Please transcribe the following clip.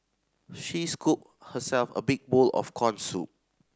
she scooped herself a big bowl of corn soup